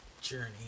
Journey